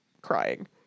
crying